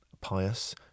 pious